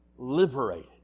Liberated